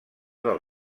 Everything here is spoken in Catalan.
del